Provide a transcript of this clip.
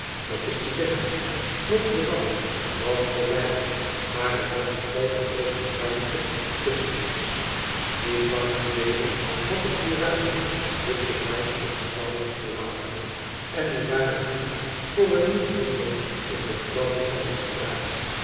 dat is te zeggen notre-dame was voor mij maar er was een groote opene ruimte tusschen ons niet lang geleden had ik die ruimte dik bezaaid met gebouwen verlaten en nu waren die voor een nieuw wonder in den trant van een straat